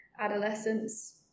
adolescence